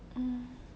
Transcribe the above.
mm